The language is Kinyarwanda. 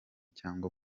cyangwa